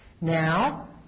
Now